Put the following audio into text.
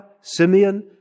Simeon